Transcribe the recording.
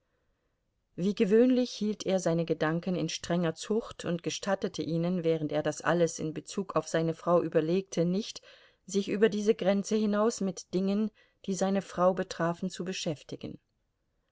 wie gewöhnlich hielt er seine gedanken in strenger zucht und gestattete ihnen während er das alles in bezug auf seine frau überlegte nicht sich über diese grenze hinaus mit dingen die seine frau betrafen zu beschäftigen